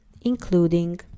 including